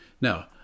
Now